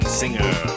singer